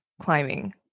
climbing